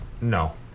No